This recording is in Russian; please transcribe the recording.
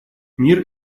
мир